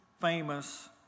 famous